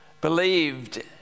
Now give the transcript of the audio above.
believed